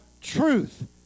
truth